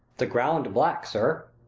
the ground black, sir.